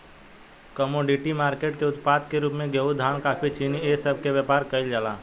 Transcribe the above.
commodity market के उत्पाद के रूप में गेहूं धान कॉफी चीनी ए सब के व्यापार केइल जाला